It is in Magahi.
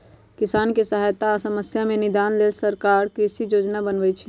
किसानके सहायता आ समस्या से निदान लेल सरकार कृषि योजना बनय छइ